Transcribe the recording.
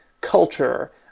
culture